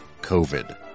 covid